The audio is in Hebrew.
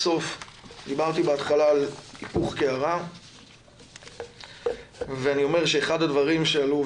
דיברתי בהתחלה על היפוך קערה ואני אומר שאחד הדברים שעלו,